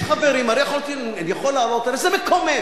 יש חברים הרי אני יכול לעלות, הרי זה מקומם.